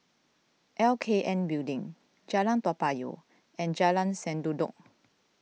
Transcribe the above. L K N Building Jalan Toa Payoh and Jalan Sendudok